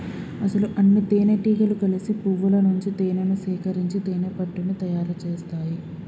అసలు అన్నితేనెటీగలు కలిసి పువ్వుల నుంచి తేనేను సేకరించి తేనెపట్టుని తయారు సేస్తాయి